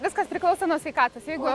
viskas priklauso nuo sveikatos jeigu